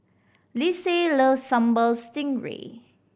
Lyndsay loves Sambal Stingray